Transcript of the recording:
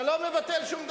אתה לא מבטל שום דבר,